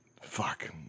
fuck